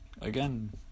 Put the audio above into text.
again